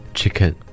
Chicken